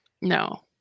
No